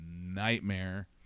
nightmare